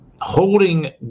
holding